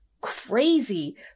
crazy